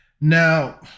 Now